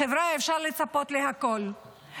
חבריי, אפשר לצפות לכול.